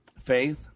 faith